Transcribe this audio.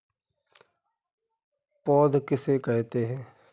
पौध किसे कहते हैं?